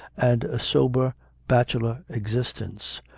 and a sober bachelor existence.